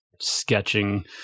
sketching